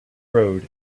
road